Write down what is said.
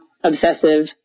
obsessive